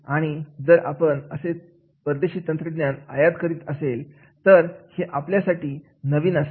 आणि जर आपण असे परदेशी तंत्रज्ञान आयात करीत असेल तर हे आपल्यासाठी नवीन असेल